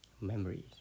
memories